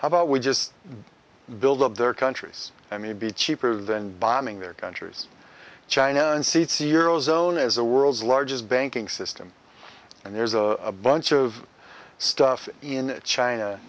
how about we just build up their countries i mean be cheaper than bombing their countries china and seats the euro zone is the world's largest banking system and there's a bunch of stuff in china